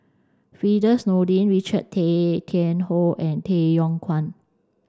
Firdaus Nordin Richard Tay Tian Hoe and Tay Yong Kwang